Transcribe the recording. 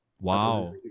Wow